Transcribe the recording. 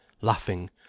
laughing